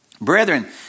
brethren